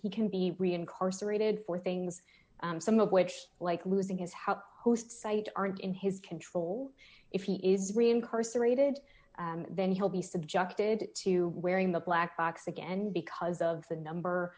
he can be reincorporated for things some of which like losing his help host site aren't in his control if he is re incarcerated then he'll be subjected to wearing the black box again because of the number